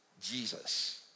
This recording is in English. Jesus